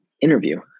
interview